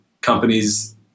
companies